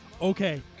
okay